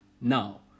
Now